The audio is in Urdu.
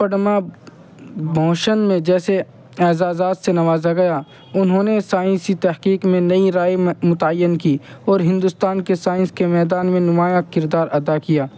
پدم بھوشن میں جیسے اعزازات سے نوازا گیا انہوں نے سائنسی تحقیق میں نئی راہیں متعین کی اور ہندوستان کے سائنس کے میدان میں نمایاں کردار ادا کیا